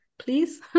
Please